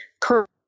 current